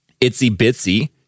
Itsy-bitsy